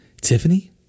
Tiffany